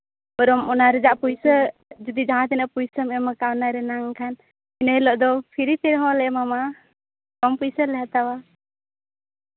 ᱵᱚᱨᱚᱝ ᱚᱱᱟ ᱨᱮᱭᱟᱜ ᱯᱩᱭᱥᱟᱹ ᱡᱩᱫᱤ ᱡᱟᱦᱟᱸ ᱛᱤᱱᱟᱹᱜ ᱯᱩᱭᱥᱟᱹᱢ ᱮᱢ ᱟᱠᱟᱱ ᱚᱱᱟ ᱨᱮᱱᱟᱝ ᱠᱷᱟᱱ ᱤᱱᱟᱹ ᱦᱤᱞᱳᱜ ᱫᱚ ᱯᱷᱨᱤ ᱛᱮᱦᱚᱸ ᱞᱮ ᱮᱢᱟ ᱢᱟ ᱠᱚᱢ ᱯᱩᱭᱥᱟᱹ ᱞᱮ ᱦᱟᱛᱟᱣᱟ